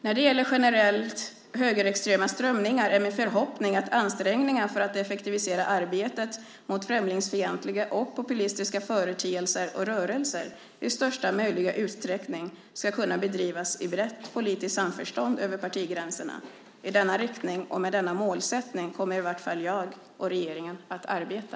När det gäller generellt högerextrema strömningar är min förhoppning att ansträngningarna för att effektivisera arbetet mot främlingsfientliga och populistiska företeelser och rörelser i största möjliga utsträckning ska kunna bedrivas i brett politiskt samförstånd över partigränserna. I denna riktning, och med denna målsättning, kommer i vart fall jag och regeringen att arbeta.